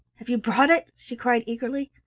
have you brought it? she cried eagerly.